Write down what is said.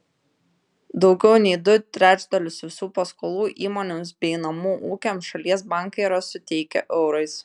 daugiau nei du trečdalius visų paskolų įmonėms bei namų ūkiams šalies bankai yra suteikę eurais